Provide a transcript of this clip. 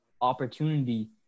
opportunity